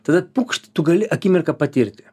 tada pukšt tu gali akimirką patirti